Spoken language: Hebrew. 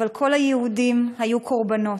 אבל כל היהודים היו קורבנות,